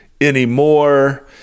anymore